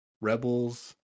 Rebels